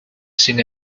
sin